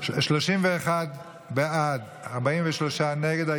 31 בעד, 43 נגד.